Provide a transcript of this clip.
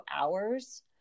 hours